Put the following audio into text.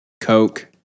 Coke